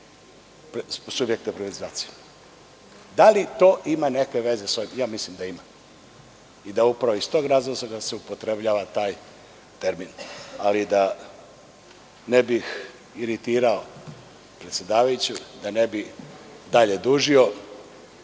subjekta privatizacije. Da li to ima neke veze s ovim? Ja mislim da ima i da se upravo iz tog razloga upotrebljava taj termin. Ali, da ne bih iritirao predsedavajuću, da ne bih dalje dužio,